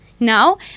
Now